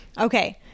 okay